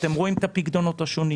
ואתם רואים את הפיקדונות השונים.